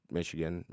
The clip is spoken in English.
Michigan